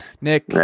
Nick